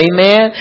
Amen